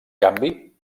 canvi